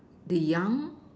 the young